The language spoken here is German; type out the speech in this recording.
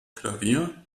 klavier